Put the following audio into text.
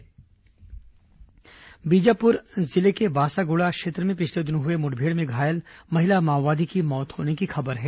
माओवादी मुठमेड़ बीजापुर जिले के बासागुड़ा क्षेत्र में पिछले दिनों हुए मुठभेड़ में घायल महिला माओवादी की मौत होने की खबर है